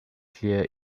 clear